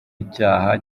icyaha